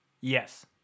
Yes